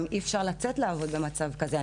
גם אי-אפשר לצאת לעבוד במצב כזה.